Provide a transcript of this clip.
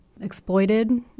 exploited